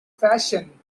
fashion